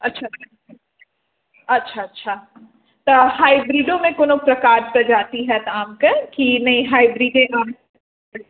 अच्छा अच्छा अच्छा तऽ हाइब्रिडोमे कोनो प्रकार प्रजाति हैत कि नहि हाइब्रिडे आम